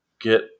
get